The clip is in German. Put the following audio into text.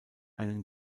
einen